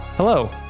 Hello